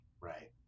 Right